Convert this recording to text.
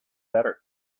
better